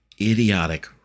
idiotic